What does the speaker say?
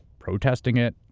protesting it,